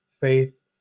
faith